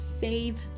save